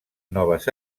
noves